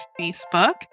Facebook